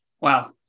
wow